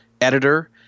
editor